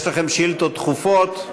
יש לכם שאילתות דחופות.